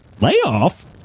Layoff